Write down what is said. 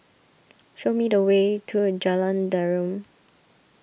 show me the way to Jalan Derum